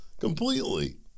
Completely